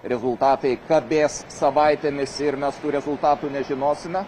rezultatai kabės savaitėmis ir mes tų rezultatų nežinosime